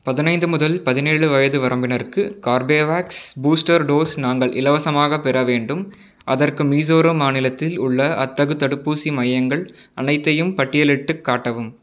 பதினைந்து முதல் பதினேழு வயது வரம்பினருக்கு கார்பேவேக்ஸ் பூஸ்டர் டோஸ் நாங்கள் இலவசமாகப் பெற வேண்டும் அதற்கு மீசோரம் மாநிலத்தில் உள்ள அத்தகு தடுப்பூசி மையங்கள் அனைத்தையும் பட்டியலிட்டுக் காட்டவும்